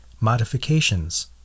modifications